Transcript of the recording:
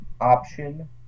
option